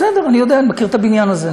בסדר, אני יודע, אני מכיר את הבניין הזה.